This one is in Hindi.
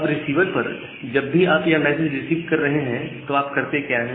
अब रिसीवर पर जब भी आप यह मैसेज रिसीव कर रहे हैं तो आप क्या करते हैं